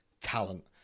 talent